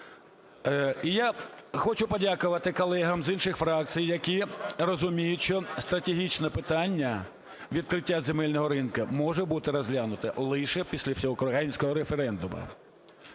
І я хочу подякувати колегам з інших фракцій, які розуміють, що стратегічне питання – відкриття земельного ринку – може бути розглянуто лише після всеукраїнського референдуму.